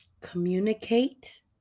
communicate